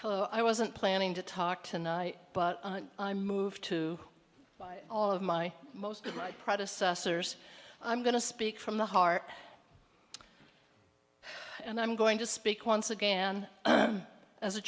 hello i wasn't planning to talk tonight but i move to all of my most of my predecessors i'm going to speak from the heart and i'm going to speak once again as a